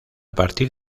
partir